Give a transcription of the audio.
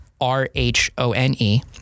R-H-O-N-E